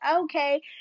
okay